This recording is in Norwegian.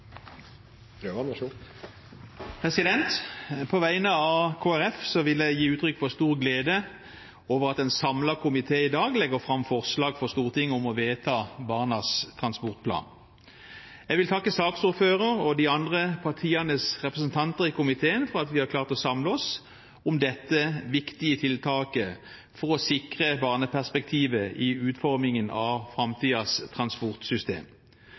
På vegne av Kristelig Folkeparti vil jeg gi uttrykk for stor glede over at en samlet komité i dag legger fram forslag for Stortinget om å vedta Barnas transportplan. Jeg vil takke saksordføreren og de andre partienes representanter i komiteen for at vi har klart å samle oss om dette viktige tiltaket for å sikre barneperspektivet i utformingen av framtidens transportsystem.